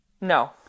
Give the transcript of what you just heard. no